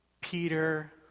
Peter